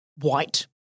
white